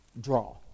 draw